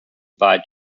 buy